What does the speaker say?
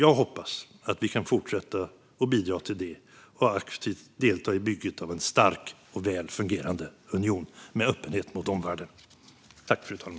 Jag hoppas att vi kan fortsätta att bidra till det och aktivt delta i bygget av en stark och väl fungerande union med öppenhet mot omvärlden.